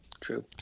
true